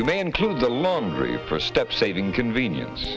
you may include the laundry for step saving convenience